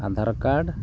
Aadhaar card